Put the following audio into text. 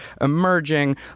emerging